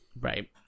Right